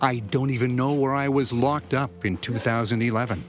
i don't even know where i was locked up in two thousand and eleven